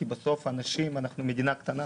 כי בסוף אנחנו מדינה קטנה,